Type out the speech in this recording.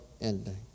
ending